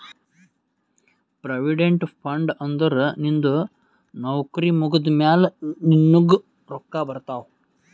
provident fund ಅಂದುರ್ ನಿಂದು ನೌಕರಿ ಮುಗ್ದಮ್ಯಾಲ ನಿನ್ನುಗ್ ರೊಕ್ಕಾ ಬರ್ತಾವ್